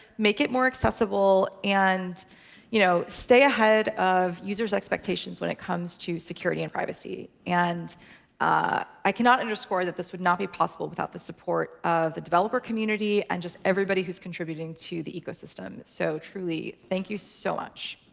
make it more accessible, and you know stay ahead of users' expectations when it comes to security and privacy. and i cannot underscore that this would not be possible without the support of the developer community, and just everybody who's contributing to the ecosystem. so truly thank you so much.